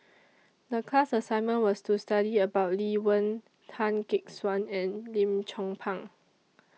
The class assignment was to study about Lee Wen Tan Gek Suan and Lim Chong Pang